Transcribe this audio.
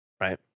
right